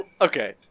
Okay